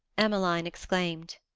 emmeline exclaimed.